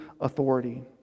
authority